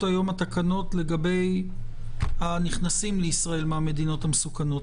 היום התקנות לגבי הנכנסים לישראל מהמדינות המסוכנות.